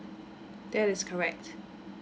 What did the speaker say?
that is correct